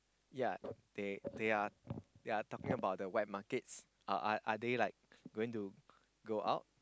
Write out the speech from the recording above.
yea they they are they are talking about the wet markets are are they like going to go out